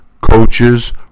coaches